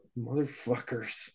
motherfuckers